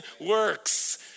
works